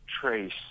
trace